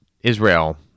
Israel